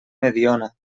mediona